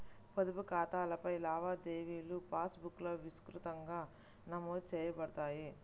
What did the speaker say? పొదుపు ఖాతాలపై లావాదేవీలుపాస్ బుక్లో విస్తృతంగా నమోదు చేయబడతాయి